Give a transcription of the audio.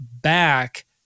back